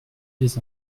des